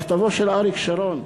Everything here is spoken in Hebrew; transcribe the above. מכתבו של אריק שרון,